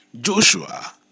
Joshua